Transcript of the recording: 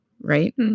right